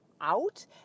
out